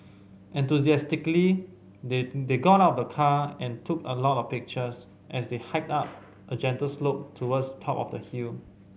enthusiastically they they got out of the car and took a lot of pictures as they hiked up a gentle slope towards top of the hill